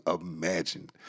imagine